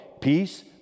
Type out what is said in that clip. peace